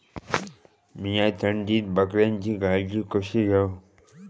मीया थंडीत बकऱ्यांची काळजी कशी घेव?